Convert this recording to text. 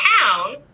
town